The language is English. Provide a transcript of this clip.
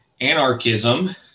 anarchism